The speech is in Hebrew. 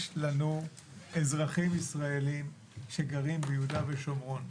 יש לנו אזרחים ישראלים שגרים ביהודה ושומרון,